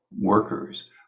workers